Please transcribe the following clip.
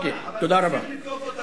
מה הוא מטיף מוסר?